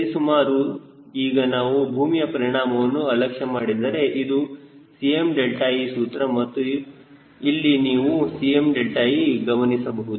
ಸರಿಸುಮಾರು ಈಗ ನಾವು ಭೂಮಿಯ ಪರಿಣಾಮವನ್ನು ಅಲಕ್ಷ್ಯ ಮಾಡಿದರೆ ಇದು 𝐶mðe ಸೂತ್ರ ಮತ್ತು ಇಲ್ಲಿ ನೀವು 𝐶mðe ಗಮನಿಸಬಹುದು